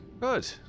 Good